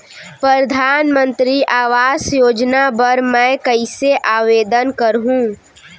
परधानमंतरी आवास योजना बर मैं कइसे आवेदन करहूँ?